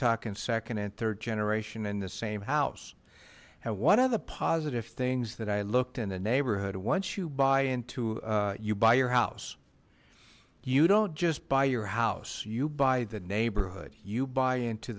talking second and third generation in the same house now one of the positive things that i looked in the neighborhood once you buy into you buy your house you don't just buy your house you buy the neighborhood you buy into